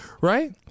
Right